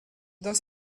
dans